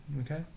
Okay